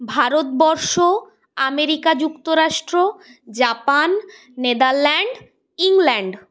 Bharatvarsha America যুক্তরাষ্ট্র Japan Netherland England